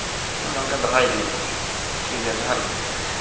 ᱟᱫᱚ ᱜᱚᱢᱠᱮ ᱫᱚᱦᱚᱭᱤᱫᱟᱹᱧ ᱴᱷᱤᱠᱜᱮᱭᱟ ᱡᱚᱦᱟᱨ ᱜᱮ